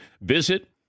Visit